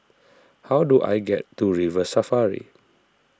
how do I get to River Safari